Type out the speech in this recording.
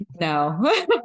No